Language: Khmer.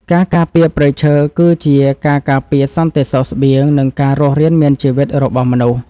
ការការពារព្រៃឈើ គឺជាការការពារសន្តិសុខស្បៀង និងការរស់រានមានជីវិតរបស់មនុស្ស។